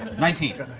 nineteen.